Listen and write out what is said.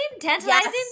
Tantalizing